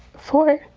for